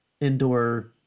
indoor